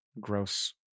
gross